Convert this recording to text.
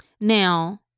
Now